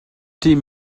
ṭih